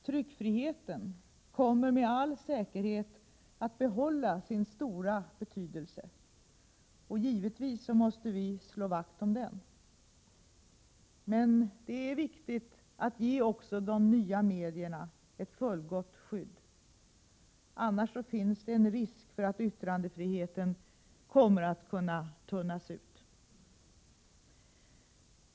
Tryckfriheten kommer med all säkerhet att behålla sin stora betydelse, och givetvis måste vi slå vakt om den. Men det är viktigt att ge också de nya medierna ett fullgott skydd. Annars finns det en risk för att yttrandefriheten kommer att tunnas ut.